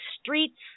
streets